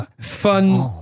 Fun